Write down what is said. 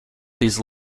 these